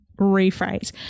rephrase